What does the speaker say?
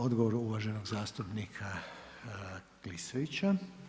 Odgovor uvaženog zastupnika Klisovića.